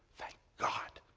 thank god,